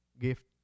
gift